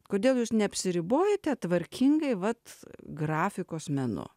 kodėl jūs neapsiribojate tvarkingai vat grafikos menu